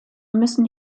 müssen